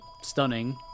stunning